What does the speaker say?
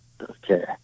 okay